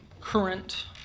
current